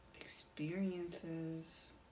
experiences